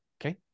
okay